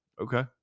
Okay